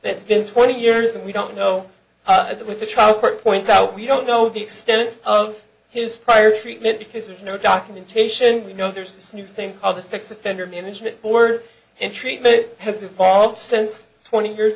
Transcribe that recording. been twenty years and we don't know that with the trial court points out we don't know the extent of his prior treatment because there's no documentation you know there's this new thing called the sex offender management board and treatment has evolved since twenty years